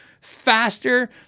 faster